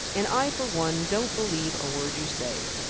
and i for one don't believe a word you say.